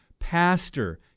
pastor